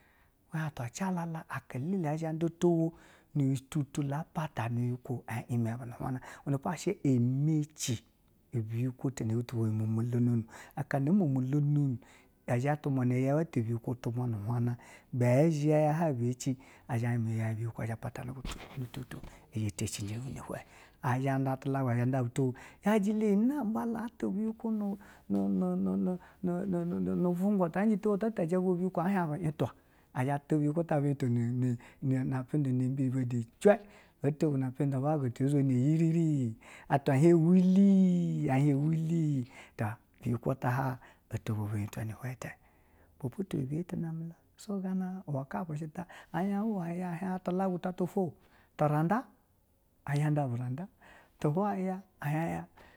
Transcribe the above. Atwa jala la aka lɛlɛ a zha a towo nututu la ɛme biyikwo, ememe bu nu hana iwe nepo ɛmeci biyi kwo tebutwabweyi omom lononu akana omomo lononu a zha a tumwana yeu biyikwo atumwa nu hwana ba zhe ya wayi ce me ci izha ɛme yeu biyikwo a pata nu bu nu tutu a teteje bu nu ihwan azha nda bu tulagu. A zha a towo iyaji la iyi namba atwa biyi kwo nu̱ nu̱ nu̱ nu̱ nu̱ nu̱ nu̱, nu̱ nu̱ nu̱ bwu, nga ta ja towo ata a zha vwa bu a ta bu, bu ita, a zha ta biyikwo ata bu, ita ni mbi, na meyi ce ma bu twe ce, ba huga atwa hien, ɛyiriri atwa hien ɛweliu ɛhien weli ta biyikwo ata hwayi ofo bu biyita nu hwan ta, iwe-mbe po tuwebiye ti name la so gana okafu shi ta ta la, a hien huwaye ya.